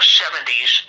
70s